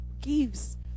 gives